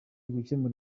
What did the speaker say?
gukemura